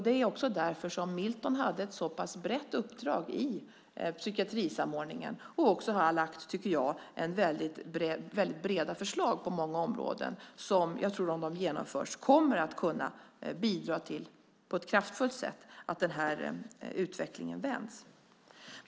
Det var också därför som Milton hade ett så pass brett uppdrag i psykiatrisamordningen och också har lagt fram, tycker jag, väldigt breda förslag på många områden. Om de genomförs tror jag att de på ett kraftfullt sätt kommer att kunna bidra till att utvecklingen vänds.